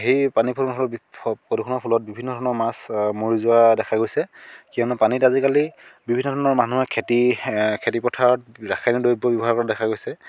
সেই পানী প্ৰদূষণৰ প্ৰদূষণৰ ফলত বিভিন্ন ধৰণৰ মাছ মৰি যোৱা দেখা গৈছে কিয়নো পানীত আজিকালি বিভিন্ন ধৰণৰ মানুহৰ খেতি খেতি পথাৰৰ ৰাসায়নিক দ্ৰব্য ব্যৱহাৰ কৰা দেখা গৈছে